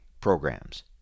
programs